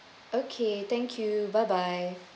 okay thank you bye bye